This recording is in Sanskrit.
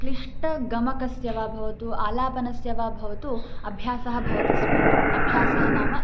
क्लिष्ट गमकस्य वा भवतु आलापनस्य वा भवतु अभ्यासः भवति स्म इति अभ्यासः नाम